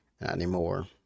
anymore